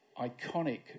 iconic